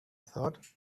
thought